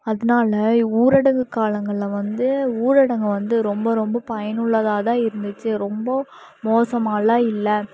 அதனால் ஊரடங்கு காலங்களில் வந்து ஊரடங்கு வந்து ரொம்ப ரொம்ப பயனுள்ளதாக தான் இருந்துச்சு ரொம்ப மோசமால்லாம் இல்லை